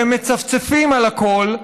והם מצפצפים על הכול,